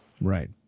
Right